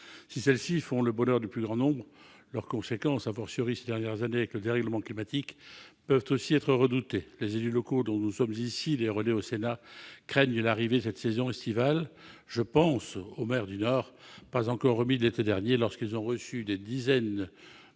Si celles-ci font le bonheur du plus grand nombre, leurs conséquences, ces dernières années avec le dérèglement climatique, peuvent aussi être redoutées. Les élus locaux, dont nous sommes les relais ici au Sénat, craignent l'arrivée de cette saison estivale. Je pense aux maires du Nord, qui ne sont pas encore remis de l'été dernier, lorsqu'ils ont reçu des dizaines